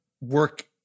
work